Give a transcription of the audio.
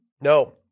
No